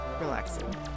relaxing